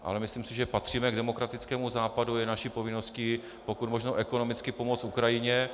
Ale myslím si, že patříme k demokratickému Západu, je naší povinností pokud možno ekonomicky pomoci Ukrajině.